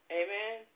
amen